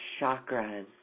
chakras